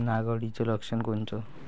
नाग अळीचं लक्षण कोनचं?